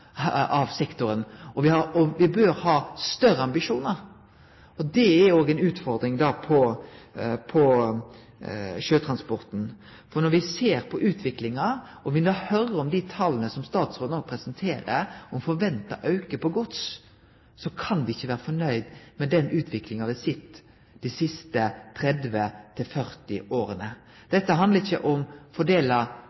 sektoren. Vi bør ha større ambisjonar. Det er òg ei utfordring for sjøtransporten. For når me ser på utviklinga, og hører dei tala som statsråden no presenterer om venta auke på gods, kan me ikkje vere fornøgde med den utviklinga me har sett dei siste